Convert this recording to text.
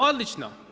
Odlično!